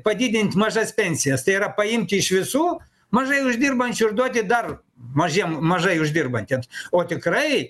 padidint mažas pensijas tai yra paimti iš visų mažai uždirbančių ir duoti dar mažiem mažai uždirbantiems o tikrai